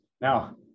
Now